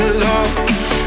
love